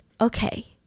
Okay